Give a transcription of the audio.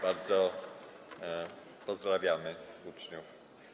Bardzo pozdrawiamy uczniów.